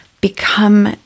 become